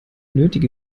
nötige